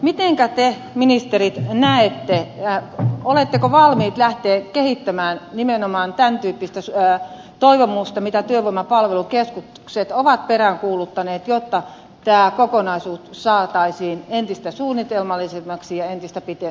mitenkä te ministerit näette oletteko valmiit lähtemään kehittämään nimenomaan tämän tyyppistä toivomusta mitä työvoimapalvelukeskukset ovat peräänkuuluttaneet jotta tämä kokonaisuus saataisiin entistä suunnitelmallisemmaksi ja entistä pitempijaksoisemmaksi